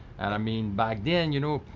and, i mean, back then, you know,